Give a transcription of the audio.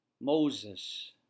Moses